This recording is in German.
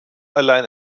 allein